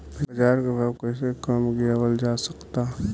बाज़ार के भाव कैसे कम गीरावल जा सकता?